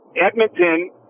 Edmonton